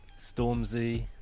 Stormzy